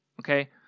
okay